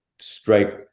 strike